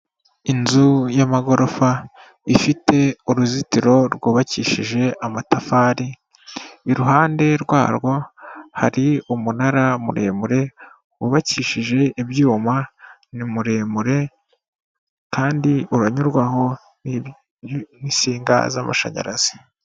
Inzu y'amagorofa ifite uruzitiro rwubakishije amatafari, iruhande rwarwo hari umunara muremure wubakishije ibyuma ni muremure kandi uranyurwaho n'insinga z'amashanyarazi.